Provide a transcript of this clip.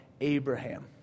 Abraham